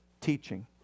teaching